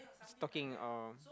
stalking oh